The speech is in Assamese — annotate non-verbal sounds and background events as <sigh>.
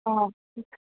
অঁ ঠিক <unintelligible>